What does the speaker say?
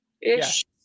ish